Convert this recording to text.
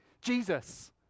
Jesus